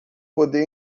poder